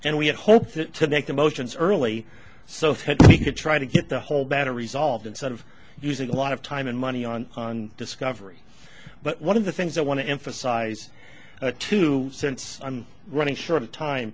and we had hoped to make the motions early so try to get the whole better resolved instead of using a lot of time and money on on discovery but one of the things i want to emphasize the two cents i'm running short of time